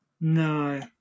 No